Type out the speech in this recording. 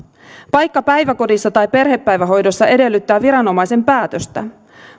paikka päiväkodissa tai perhepäivähoidossa edellyttää viranomaisen päätöstä